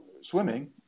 swimming